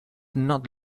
not